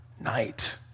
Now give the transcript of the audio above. night